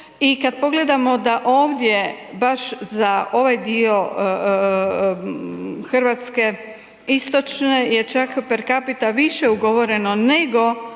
i kad pogledamo da ovdje baš za ovaj dio Hrvatske istočne je čak per capita više ugovoreno nego